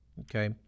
okay